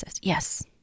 Yes